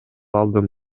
алдым